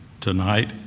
tonight